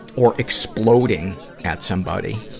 or exploding at somebody,